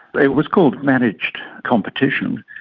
it was called managed competition,